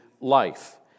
life